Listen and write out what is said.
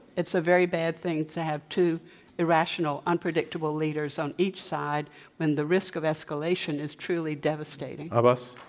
it's a very bad thing to have two irrational, unpredictable leaders on each side when the risk of escalation is truly devastating. abbas?